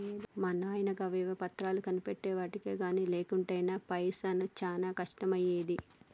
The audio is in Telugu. మా నాయిన గవేవో పత్రాలు కొనిపెట్టెవటికె గని లేకుంటెనా పైసకు చానా కష్టమయ్యేది